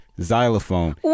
xylophone